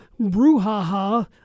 brouhaha